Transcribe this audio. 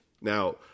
Now